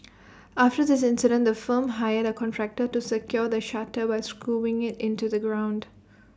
after this incident the firm hired A contractor to secure the shutter by screwing IT into the ground